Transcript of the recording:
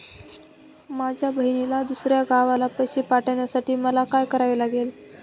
माझ्या बहिणीला दुसऱ्या गावाला पैसे पाठवण्यासाठी मला काय करावे लागेल?